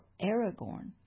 aragorn